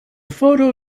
photo